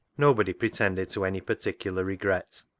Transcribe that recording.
nobody pretended to any particular regret,